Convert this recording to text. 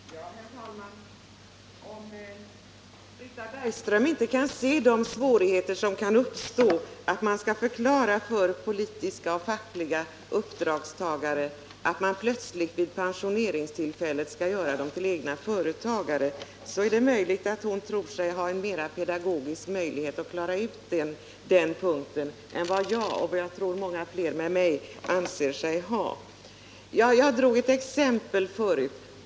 Herr talman! Om Britta Bergström inte kan se de svårigheter som kan uppstå när man skall förklara för politiska och fackliga uppdragstagare att de vid pensioneringstillfället plötsligt skall göras till egenföretagare, är det möjligt att hon tror sig ha en bättre pedagogisk möjlighet att klara av detta än vad jag och jag tror fler med mig anser oss ha. Jag tog tidigare upp ett exempel.